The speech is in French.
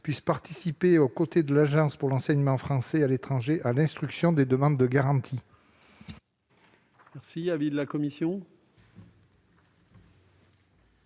puissent participer, aux côtés de l'Agence pour l'enseignement français à l'étranger, à l'instruction des demandes de garantie. Quel est l'avis de la commission